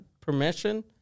permission